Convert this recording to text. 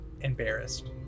embarrassed